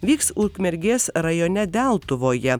vyks ukmergės rajone deltuvoje